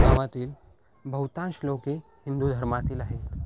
गावातील बहुतांश लोके हिंदू धर्मातील आहेत